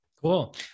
Cool